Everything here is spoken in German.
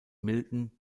milton